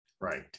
Right